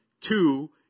Two